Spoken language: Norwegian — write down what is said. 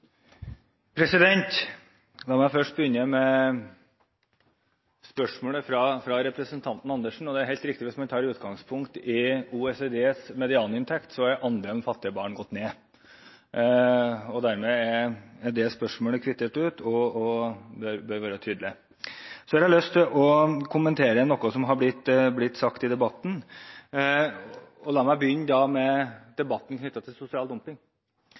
La meg først begynne med spørsmålet fra representanten Andersen. Det er helt riktig at hvis man tar utgangspunkt i OECDs medianinntekt, er andelen fattige barn gått ned. Dermed er det spørsmålet kvittert ut og bør være tydelig. Så har jeg lyst til å kommentere noe av det som har blitt sagt i debatten. La meg begynne med debatten knyttet til sosial dumping.